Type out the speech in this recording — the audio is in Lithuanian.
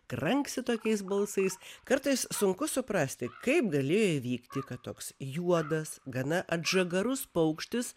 kranksi tokiais balsais kartais sunku suprasti kaip galėjo įvykti kad toks juodas gana atžagarus paukštis